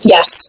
Yes